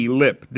lip